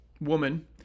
woman